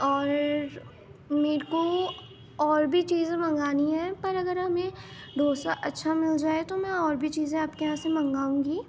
اور میرے کو اور بھی چیزیں منگانی ہے پر اگر ہمیں ڈوسا اچھا مل جائے تو میں اور بھی چیزیں آپ کے یہاں سے منگاؤں گی